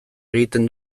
egiten